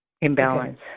imbalance